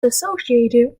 associated